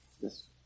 Yes